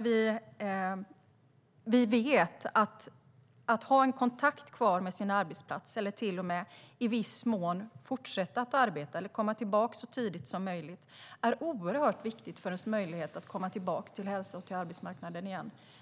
Vi vet att det för människors möjlighet att komma tillbaka till hälsa och till arbetsmarknaden igen är oerhört viktigt att de har kvar en kontakt med sin arbetsplats. Det kan till och med handla om att i viss mån fortsätta att arbeta, eller komma tillbaka så tidigt som möjligt.